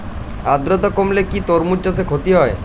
আদ্রর্তা কমলে কি তরমুজ চাষে ক্ষতি হয়?